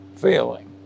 failing